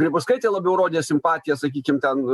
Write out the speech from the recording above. grybauskaitė labiau rodė simpatiją sakykim ten